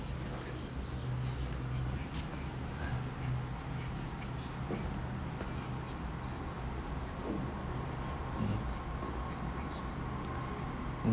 mmhmm mm